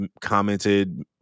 commented